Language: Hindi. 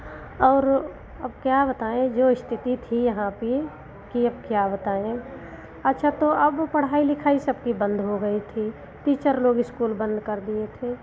और अब क्या बताएँ जो स्थिति थी यहाँ पर कि अब क्या बताएँ अच्छा तो अब पढ़ाई लिखाई सबकी बंद हो गई थी टीचर लोग इस्कूल बंद कर दिए थे